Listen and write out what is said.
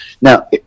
now